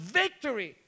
victory